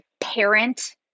parent